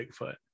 Bigfoot